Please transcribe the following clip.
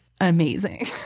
Amazing